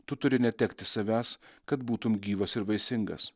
tu turi netekti savęs kad būtum gyvas ir vaisingas